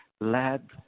led